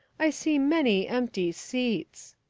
i see many empty seats.